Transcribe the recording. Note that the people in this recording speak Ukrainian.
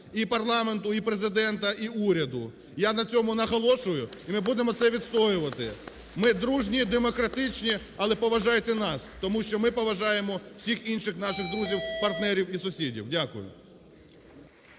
і парламенту, і Президента, і уряду. Я на цьому наголошую, і ми будемо це відстоювати. (Оплески) Ми дружні, демократичні, але поважайте нас, тому що ми поважаємо всіх інших наших друзів, партнерів і сусідів. Дякую.